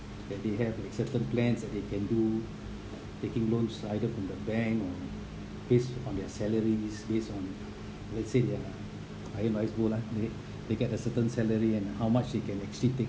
and they have a certain plans that they can do taking loans either from the bank or based on their salaries based on let's say they are go lah they get a certain salary and how much you can actually take